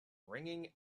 ringing